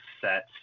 set